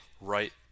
right